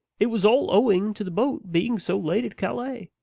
it was all owing to the boat being so late at calais.